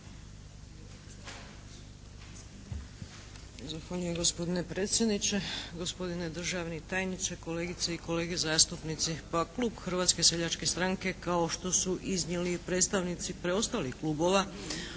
Zahvaljujem gospodine predsjedniče, gospodine državni tajniče, kolegice i kolege zastupnici. Pa, klub Hrvatske seljačke stranke kao što su iznijeli i predstavnici preostalih klubova